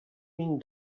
mine